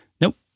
nope